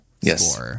yes